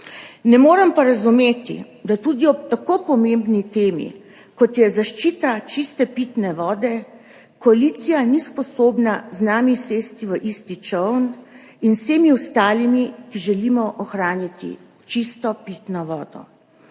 Ne morem pa razumeti, da tudi ob tako pomembni temi, kot je zaščita čiste pitne vode, koalicija ni sposobna z nami in z vsemi ostalimi, ki želimo ohraniti čisto pitno vodo,